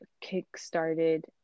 kick-started